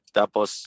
tapos